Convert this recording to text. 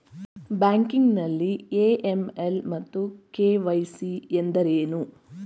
Banking ನಲ್ಲಿ AML ಮತ್ತು KYC ಎಂದರೇನು?